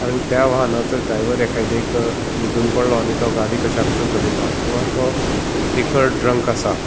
कारण त्या वाहनाचो ड्रायवर एकादे एक न्हिदून पडलो आनी तो गाडी कश्याय कशें चलयता किंवा तो लिकर ड्रंक आसा